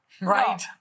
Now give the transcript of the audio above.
right